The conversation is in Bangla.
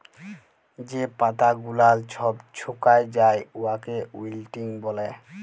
যে পাতা গুলাল ছব ছুকাঁয় যায় উয়াকে উইল্টিং ব্যলে